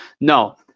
No